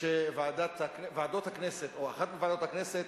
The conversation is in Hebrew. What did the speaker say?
שוועדות הכנסת, או אחת מוועדות הכנסת